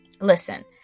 Listen